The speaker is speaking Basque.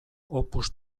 opus